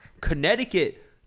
Connecticut